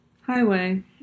highway